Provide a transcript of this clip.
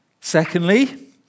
Secondly